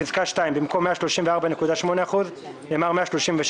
בפסקה (2), במקום "134.8%" נאמר "136.8%".